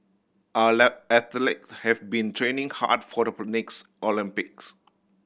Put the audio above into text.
our athletes have been training hard for the next Olympics